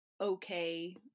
okay